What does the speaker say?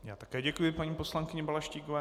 Já také děkuji paní poslankyni Balaštíkové.